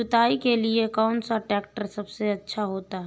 जुताई के लिए कौन सा ट्रैक्टर सबसे अच्छा होता है?